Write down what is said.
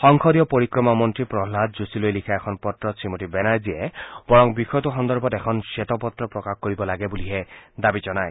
সংসদীয় পৰিক্ৰমা মন্ত্ৰী প্ৰহাদ যোশীলৈ লিখা এখন পত্ৰত শ্ৰীমতী বেনাৰ্জীয়ে বৰঙ বিষয়টো সন্দৰ্ভত এখন শ্বেতপত্ৰ প্ৰকাশ কৰিব লাগে বুলিহে দাবী জনায়